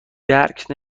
درک